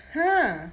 !huh!